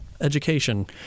education